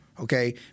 okay